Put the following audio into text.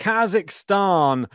Kazakhstan